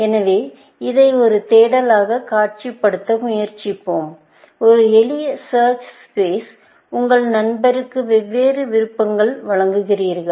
எனவே இதை ஒரு தேடல் ஆக காட்சிப்படுத்த முயற்சித்தோம் ஒரு எளிய சர்ச் ஸ்பேஸ் உங்கள் நண்பருக்கு வெவ்வேறு விருப்பங்களை வழங்குகிறீர்கள்